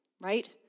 right